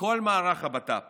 לכל מערך הבט"פ